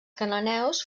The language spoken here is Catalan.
cananeus